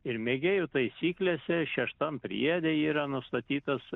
ir mėgėjų taisyklėse šeštam priede yra nustatytas